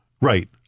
Right